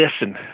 listen